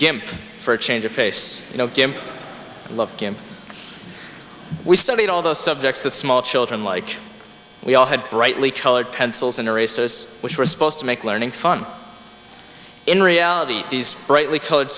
gimp for a change of pace you know gimp love we studied all those subjects that small children like we all had brightly colored pencils and races which were supposed to make learning fun in reality these brightly colored